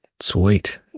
Sweet